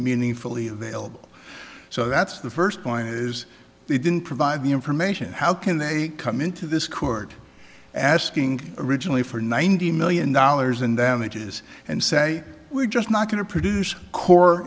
meaningfully available so that's the first point is they didn't provide the information how can they come into this court asking originally for ninety million dollars in damages and say we're just not going to produce core